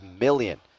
million